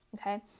Okay